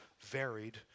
varied